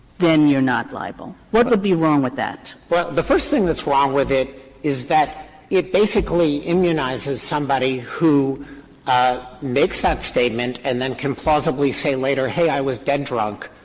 then you're not liable. what would be wrong with that? dreeben well, the first thing that's wrong with it is that it basically immunizes somebody who ah makes that statement and then can plausibly say later, hey, i was dead drunk,